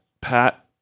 Pat